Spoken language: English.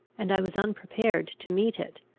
and i was unprepared to meet it.